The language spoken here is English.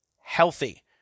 Healthy